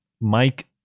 Mike